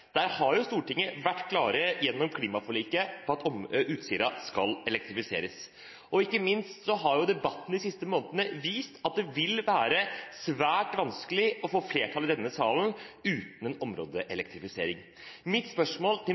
Stortinget har jo gjennom klimaforliket vært klare på at Utsira skal elektrifiseres. Ikke minst har debatten de siste månedene vist at det vil være svært vanskelig å få flertall i denne salen uten en områdeelektrifisering. Mitt spørsmål til